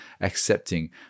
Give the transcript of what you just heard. accepting